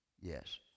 Yes